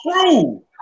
true